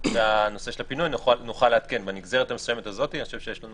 נוכל לעדכן בנגזרת הזאת יש לנו